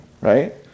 right